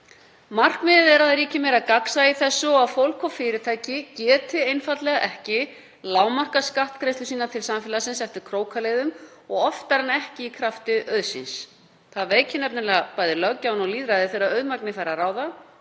Markmiðið er að það ríki meira gagnsæi í þessu og að fólk og fyrirtæki geti einfaldlega ekki lágmarkað skattgreiðslur sínar til samfélagsins eftir krókaleiðum, oftar en ekki í krafti auðsins. Það veikir nefnilega bæði löggjafann og lýðræðið þegar auðmagnið fær að ráða